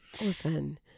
Listen